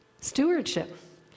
Stewardship